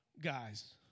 Guys